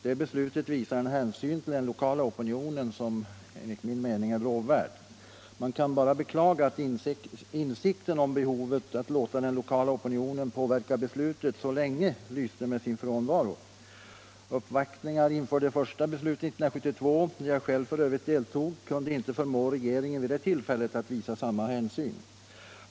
Det beslutet visar en hänsyn till den lokala opinionen som enligt min mening är lovvärd. Man kan bara beklaga att insikten om behovet att låta den lokala opinionen påverka beslutet så länge lyste med frånvaro. Uppvaktningar inför det första beslutet år 1972, där jag själv f. ö. deltog, kunde inte förmå 7 regeringen att visa samma hänsyn vid det tillfället.